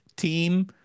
team